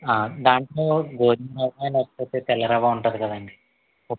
దాంట్లో గోధుమరవ్వ లేకపోతే తెల్లరవ్వ ఉంటుంది కదండి